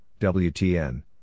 WTN